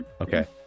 Okay